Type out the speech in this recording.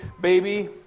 baby